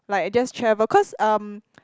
like I just travel cause um